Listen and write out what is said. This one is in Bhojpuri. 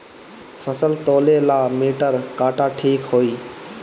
फसल तौले ला मिटर काटा ठिक होही?